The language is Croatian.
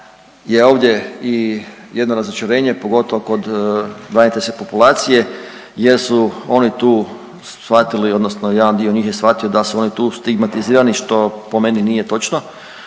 je ovdje i jedno razočaranje, pogotovo kod braniteljske populacije jer su oni tu shvatili odnosno jedan dio njih je shvatio da su oni tu stigmatizirani, što po meni nije točno,